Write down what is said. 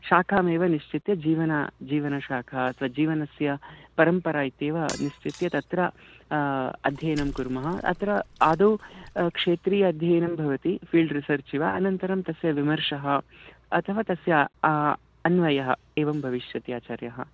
शाखामेव निश्चित्य जीवनं जीवनशाखा अथवा जीवनस्य परम्परा इत्येव निश्चित्य तत्र अध्ययनं कुर्मः अत्र आदौ क्षेत्रीय अध्ययनं भवति फ़ील्ड् रिसर्च् इव अनन्तरं तस्य विमर्शः अथवा तस्य अन्वयः एवं भविष्यति आचार्याः